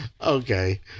Okay